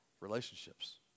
relationships